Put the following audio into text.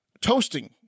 toasting